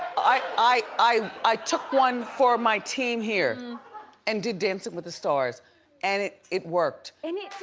i i took one for my team here and did dancing with the stars and it it worked. and it's